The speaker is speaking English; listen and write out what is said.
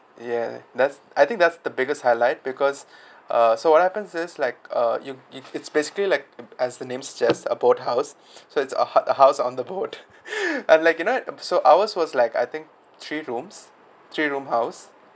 ya that's I think that's the biggest highlight because uh so what happens is like uh you it it's basically like as the name suggests a boat house so it's a house a house on the boat and you know so ours was like I think three rooms three room house